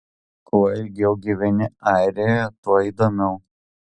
kuo ilgiau gyveni airijoje tuo įdomiau